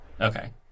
Okay